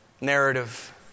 narrative